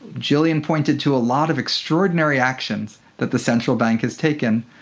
gillian pointed to a lot of extraordinary actions that the central bank has taken.